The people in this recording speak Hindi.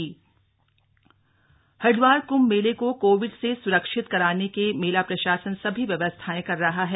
कभ कोविड हरिदवार कृंभ मेले को कोविड से स्रक्षित कराने के मेला प्रशासन सभी व्यवस्थाएं कर रहा है